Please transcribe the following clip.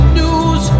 news